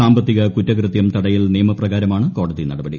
സാമ്പത്തിക കുറ്റകൃത്യം തടയൽ നീയമപ്രകാരമാണ് കോടതി നടപടി